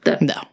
No